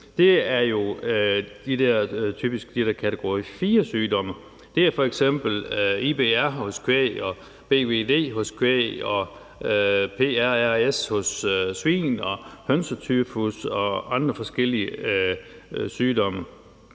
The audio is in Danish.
det er jo typisk de der kategori fire-sygdomme, det er f.eks. IBR hos kvæg og BVD hos kvæg og PRRS hos svin og hønsetyfus og andre forskellige sygdomme